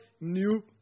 new